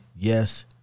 Yes